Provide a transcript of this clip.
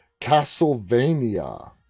Castlevania